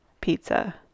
pizza